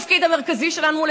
כפי שמתחייב מהתקנון, חד וחלק.